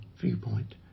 viewpoint